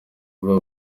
vuba